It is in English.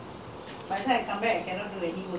இத ஒன்னு சொல்லிருவாடா:itha onnu solliruvaadaa